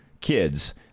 kids